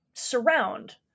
surround